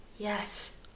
Yes